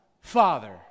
Father